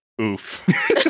Oof